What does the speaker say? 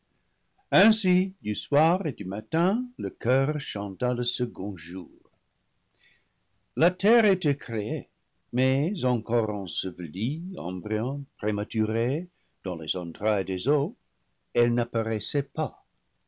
ainsi du soir et du matin le choeur chanta le second jour la terre était créée mais encore ensevelie embryon pré maturé dans les entrailles des eaux elle n'apparaissait pas